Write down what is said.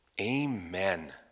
Amen